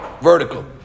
vertical